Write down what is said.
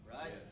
Right